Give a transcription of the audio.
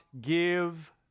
give